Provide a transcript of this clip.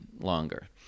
longer